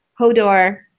Hodor